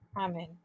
Amen